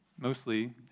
mostly